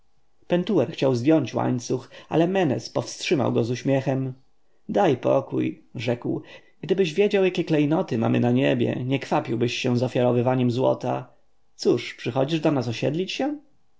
pentuer chciał zdjąć łańcuch ale menes powstrzymał go z uśmiechem daj pokój rzekł gdybyś wiedział jakie klejnoty mamy na niebie nie kwapiłbyś się z ofiarowaniem złota cóż przychodzisz do nas osiedlić się